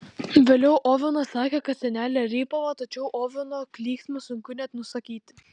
vėliau ovenas sakė kad senelė rypavo tačiau oveno klyksmą sunku net nusakyti